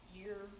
year